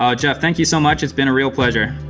um jeff, thank you so much. it's been a real pleasure.